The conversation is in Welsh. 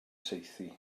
saethu